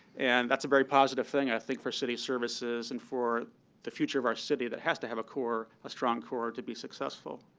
and that's a very positive thing, i think, for city services and for the future of our city that has to have a core a strong core to be successful.